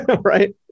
right